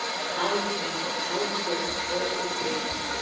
how it's done, how it works, how it operates.